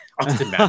Austin